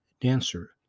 Dancer